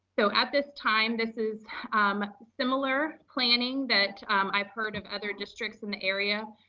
so at this time, this is similar planning that i've heard of other districts in the area.